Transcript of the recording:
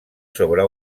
sobre